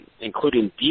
including